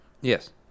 yes